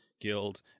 guild